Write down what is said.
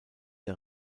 der